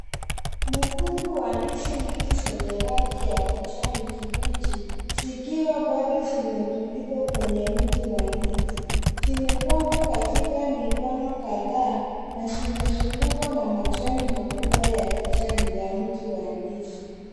Mkungu wa ndizi mbichi zenye rangi ya kijani kibichi zikiwa bado zimetundikwa kwenye mti wa ndizi, zimegawa katika mikono kadhaa na zimezungukwa na majani makubwa ya kijani ya mti wa ndizi.